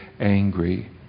angry